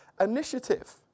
initiative